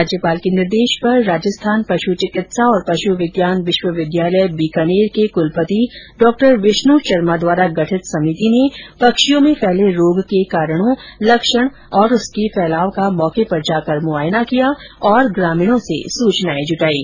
राज्यपाल के निर्देश पर राजस्थान पश् चिकित्सा और पश् विज्ञान विश्वविद्यालय बीकानेर के कलपति डॉ विष्णु शर्मा द्वारा गठित समिति ने पक्षियों में फैले रोग के कारणों लक्षण और उसके फैलाव का मौके पर जाकर मुआयना किया और ग्रामीणों से सूचनाएं जुटाईं